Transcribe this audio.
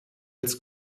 als